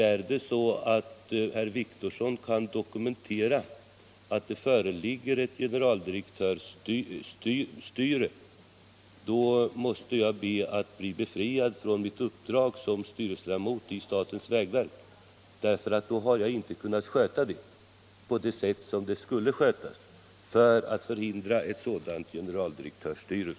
Är det så att herr Wictorsson kan dokumentera att det föreligger ett generaldirektörsstyre måste jag be att bli befriad från mitt uppdrag som styrelseledamot i statens vägverk — därför att då har jag inte kunnat sköta det på det sätt som det skall skötas för att förhindra ett sådant generaldirektörsstyre.